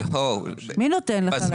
מי נותן לך?